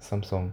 samsung